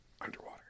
Underwater